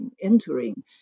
entering